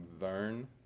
learn